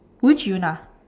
which Yoona